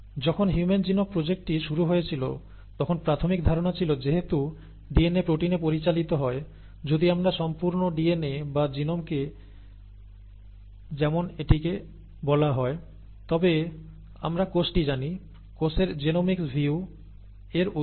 যখন human genome প্রজেক্টেটি শুরু হয়েছিল তখন প্রাথমিক ধারণা ছিল যেহেতু DNA প্রোটিনে পরিচালিত হয় যদি আমরা সম্পূর্ণ DNA বা জিনোমকে যেমন এটিকে বলা হয় তবে আমরা কোষটি জানি কোষের জিনোমিক্স ভিউ এর উৎস